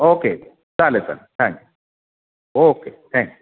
okay चालेल चालेल thank you okay thank you